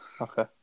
Okay